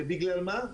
ובגלל מה?